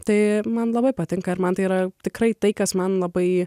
tai man labai patinka ir man tai yra tikrai tai kas man labai